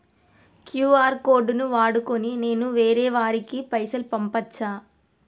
QR code ను వాడుకొని నేను వేరే వారికి పైసలు పంపచ్చా?